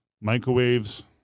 microwaves